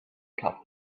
cup